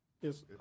Yes